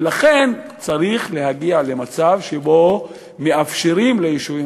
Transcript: לכן צריך להגיע למצב שבו מאפשרים ליישובים